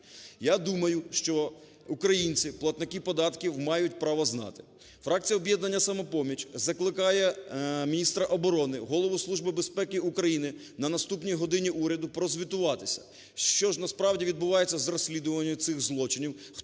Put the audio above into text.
Я думаю, що українці, платники податків, мають право знати. Фракція "Об'єднання "Самопоміч" закликає міністра оборони, Голову Служби безпеки України на наступній "годині Уряду" прозвітуватися, що ж насправді відбувається з розслідуванням цих злочинів?